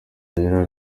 gerard